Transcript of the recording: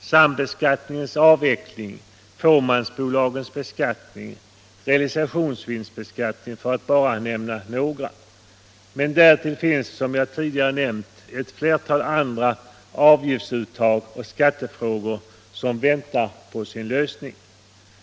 sambeskattningens utveckling, fåmansbolags beskattning och realisationsvinstbeskattningen — för att bara nämna några. Därtill finns, som jag tidigare nämnt, ett flertal andra frågor om avgiftsuttag och skatter som väntar på sin lösning.